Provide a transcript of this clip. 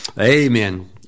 Amen